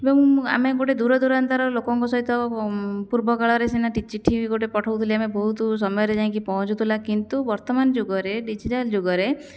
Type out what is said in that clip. ଏବଂ ଆମେ ଗୋଟେ ଦୂରଦୂରାନ୍ତର ଲୋକଙ୍କ ସହିତ ପୂର୍ବକାଳରେ ସିନା ଚିଠି ଗୋଟେ ପଠାଉଥିଲେ ଆମେ ବହୁତ ସମୟରେ ଯାଇକି ପହଞ୍ଚୁଥିଲା କିନ୍ତୁ ବର୍ତ୍ତମାନ ଯୁଗରେ ଡିଜିଟାଲ୍ ଯୁଗରେ